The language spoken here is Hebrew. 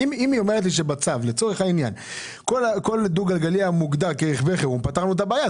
אם היא אומרת שבצו כל דו גלגלי מוגדר כרכב חירום פתרנו את הבעיה,